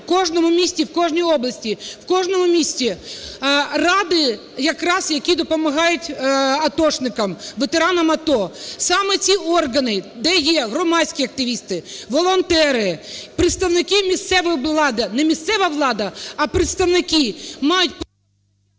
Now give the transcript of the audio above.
в кожному місті, в кожній області, в кожному місті ради якраз, які допомагають атошникам, ветеранам АТО. Саме ці органи, де є громадські активісти, волонтери, представники місцевої влади… не місцева влада, а представники мають…